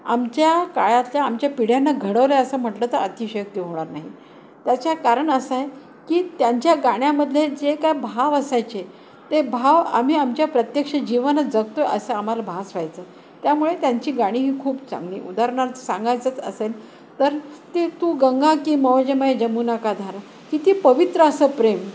आमच्या काळातल्या आमच्या पिढ्यांना घडवल्या असं म्हटलं तर अतिशयोक्ती होणार नाही त्याच कारण असंय की त्यांच्या गाण्यामधले जे काय भाव असायचे ते भाव आम्ही आमच्या प्रत्यक्ष जीवनच जगतोय असं आम्हाला भास व्हायचं त्यामुळे त्यांची गाणी ही खूप चांगली उदाहारणार्थ सांगायचंच असेल तर ते तू गंगा की मौज मैं जमुूना का धारा किती पवित्र असं प्रेम